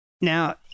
Now